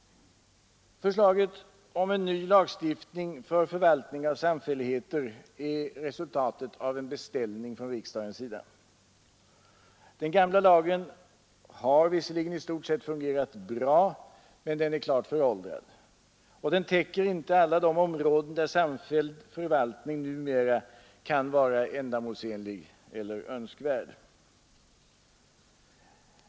Förslaget om en ny lagstiftning för förvaltning av samfälligheter är resultatet av en beställning från riksdagen. Den gamla lagen har visserligen i stort sett fungerat bra men den är klart föråldrad och täcker inte alla de områden där samfälld förvaltning numera kan vara ändamålsenlig eller önskvärd.